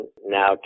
now